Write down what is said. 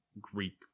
Greek